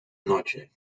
noche